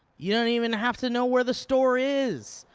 you don't even have to know where the store is.